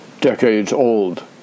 decades-old